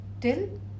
till